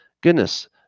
goodness